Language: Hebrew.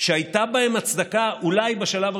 שהייתה בהם הצדקה אולי בשלב,